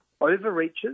overreaches